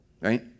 Right